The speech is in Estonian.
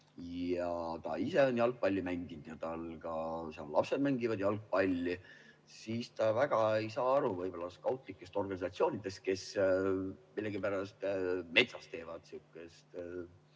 ja ta ise on jalgpalli mänginud ja tal ka lapsed mängivad jalgpalli, siis ta väga ei saa aru võib-olla skautlikest organisatsioonidest, kes millegipärast metsas teevad sihukest